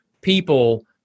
people